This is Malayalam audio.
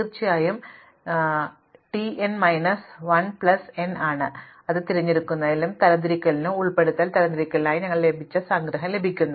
തീർച്ചയായും ഞങ്ങൾ ഇത് വികസിപ്പിക്കുന്നത് t n minus 1 plus n ആണ് ആദ്യ തിരഞ്ഞെടുക്കൽ തരംതിരിക്കലിനും ഉൾപ്പെടുത്തൽ തരംതിരിക്കലിനുമായി ഞങ്ങൾക്ക് ലഭിച്ച സംഗ്രഹം ലഭിക്കുന്നു